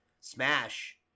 Smash